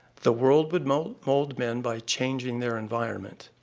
the world would mold mold men by changing their environment.